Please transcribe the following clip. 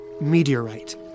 meteorite